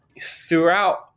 Throughout